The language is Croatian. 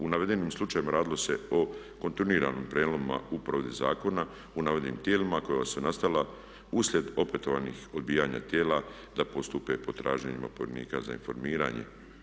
U navedenim slučajevima radilo se o kontinuiranim prijelomima u provedbi zakona u navedenim tijelima koja su nastala uslijed opetovanih odbijanja tijela da postupe po traženjima povjerenika za informiranje.